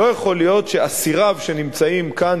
לא יכול להיות שאסיריו שנמצאים כאן